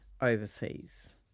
overseas